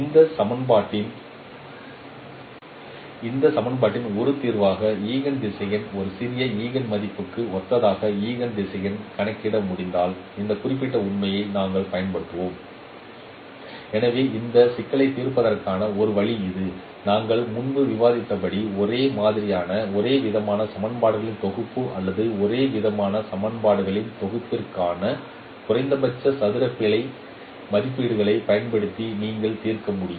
இந்த சமன்பாட்டின் ஒரு தீர்வாக ஈஜென் திசையன் ஒரு சிறிய ஈஜென் மதிப்புக்கு ஒத்ததாக ஈஜென் திசையன் கணக்கிட முடிந்தால் இந்த குறிப்பிட்ட உண்மையை நாங்கள் பயன்படுத்துவோம் எனவே இந்த சிக்கலைத் தீர்ப்பதற்கான ஒரு வழி இது நாங்கள் முன்பு விவாதித்தபடி ஒரே மாதிரியான ஒரேவிதமான சமன்பாடுகளின் தொகுப்பு அல்லது ஒரேவிதமான சமன்பாடுகளின் தொகுப்பிற்கான குறைந்தபட்ச சதுர பிழை மதிப்பீட்டைப் பயன்படுத்தி நீங்கள் தீர்க்க முடியும்